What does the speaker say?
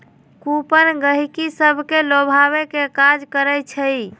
coupon गहकि सभके लोभावे के काज करइ छइ